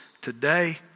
today